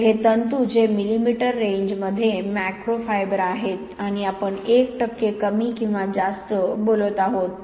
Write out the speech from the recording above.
तर हे तंतू जे मिलिमीटर रेंजमध्ये मॅक्रो फायबर आहेत आणि आपण 1 टक्के कमी किंवा जास्त बोलत आहोत